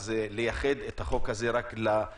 אז לייחד את החוק הזה רק לחולים.